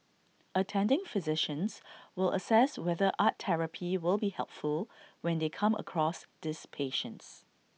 attending physicians will assess whether art therapy will be helpful when they come across these patients